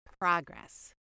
progress